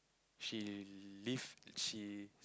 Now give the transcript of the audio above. she live she